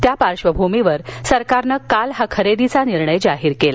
त्या पार्श्वभूमीवर सरकारनं काल हा खरेदीचा निर्णय जाहीर केला